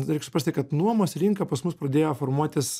reik suprasti kad nuomos rinka pas mus pradėjo formuotis